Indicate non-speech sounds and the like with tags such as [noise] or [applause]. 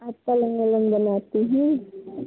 [unintelligible]